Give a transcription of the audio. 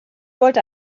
wollte